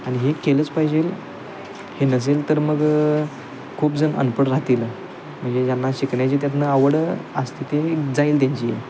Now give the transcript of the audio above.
आणि हे केलंच पाहिजेल हे नसेल तर मग खूप जण अनपढ राहतील म्हणजे ज्यांना शिकण्याची त्यांना आवड असते ते जाईल त्यांची हे